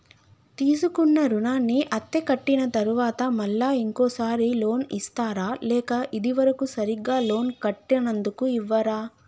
తీసుకున్న రుణాన్ని అత్తే కట్టిన తరువాత మళ్ళా ఇంకో సారి లోన్ ఇస్తారా లేక ఇది వరకు సరిగ్గా లోన్ కట్టనందుకు ఇవ్వరా?